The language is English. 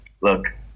look